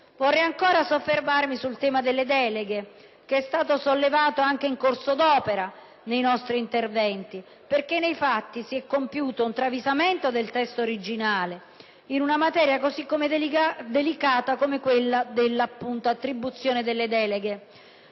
Vorrei soffermarmi ancora sul tema delle deleghe, sollevato anche in corso d'opera nei nostri interventi. Nei fatti si è compiuto un travisamento del testo originale in una materia delicata come quella dell'attribuzione delle deleghe.